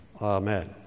Amen